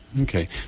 Okay